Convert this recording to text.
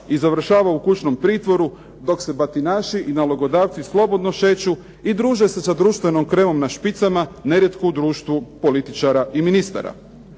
i završava u kućnom pritvoru, dok se batinaši nalogodavci slobodno šeću i druže se sa društvenom kremom na špicama, nerijetko u društvu političara i ministara.